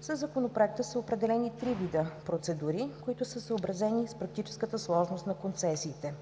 Със Законопроекта са определени три вида процедури, които са съобразени с практическата сложност на концесиите: